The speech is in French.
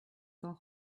cent